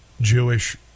Jewish